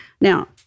Now